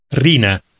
Rina